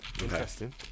Interesting